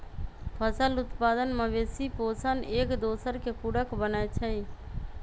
फसल उत्पादन, मवेशि पोशण, एकदोसर के पुरक बनै छइ